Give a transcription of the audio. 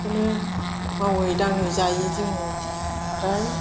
बेखौनो मावै दाङै जायो जोङो ओमफ्राय